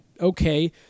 okay